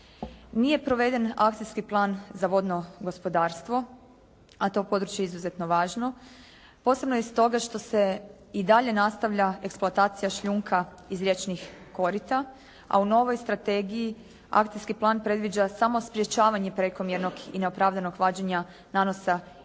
Nije proveden Akcijski plan za vodno gospodarstvo, a to je područje izuzetno važno posebno i stoga što se i dalje nastavlja eksploatacija šljunka iz riječnih korita, a u novoj strategiji akcijski plan predviđa samo sprječavanje prekomjernog i neopravdanog vađenja nanosa iz riječnih